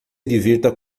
divirta